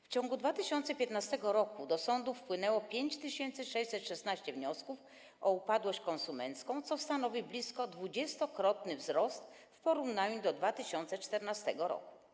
W ciągu 2015 r. do sądów wpłynęło 5616 wniosków o upadłość konsumencką, co stanowiło blisko dwudziestokrotny wzrost w porównaniu z 2014 r.